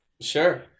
sure